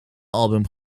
album